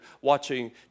watching